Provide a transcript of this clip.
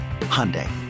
Hyundai